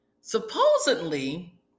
Supposedly